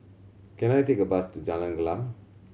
can I take a bus to Jalan Gelam